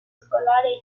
escolares